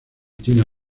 tina